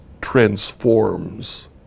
transforms